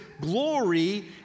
glory